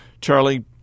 Charlie